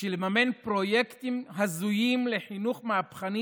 בשביל לממן פרויקטים הזויים לחינוך מהפכני